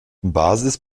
basis